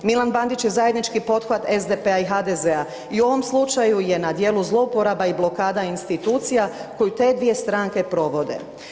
Milan Bandić je zajednički pothvat SDP-a i HDZ-a i u ovom slučaju je na djelu zlouporaba i blokada institucija koju te dvije stranke provode.